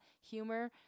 humor